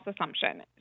assumption